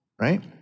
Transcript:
right